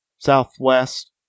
Southwest